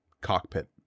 cockpit